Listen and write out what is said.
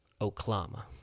Oklahoma